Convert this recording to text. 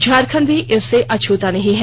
झारखंड भी इससे अछूता नहीं है